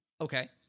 okay